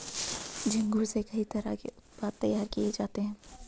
झींगुर से कई तरह के उत्पाद तैयार किये जाते है